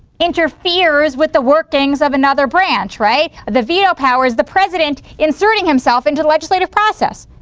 interferes with the workings of another branch, right? the veto powers. the president inserting himself into the legislative process,